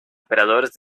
operadores